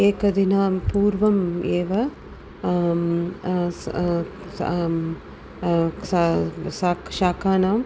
एकदिनं पूर्वम् एव अस् अक्स साक् शाकानाम्